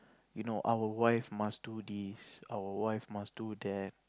you know our wife must do this our wife must do that